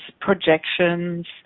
projections